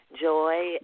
joy